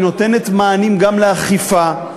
היא נותנת מענים גם לאכיפה,